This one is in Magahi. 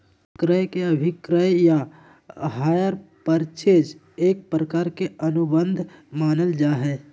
क्रय अभिक्रय या हायर परचेज एक प्रकार के अनुबंध मानल जा हय